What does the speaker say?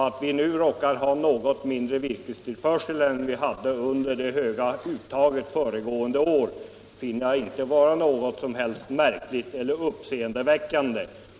Att vi nu råkar ha något mindre virkestillförsel än vi hade under det höga uttaget föregående år finner jag inte vara något märkligt eller uppseendeväckande.